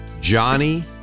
Johnny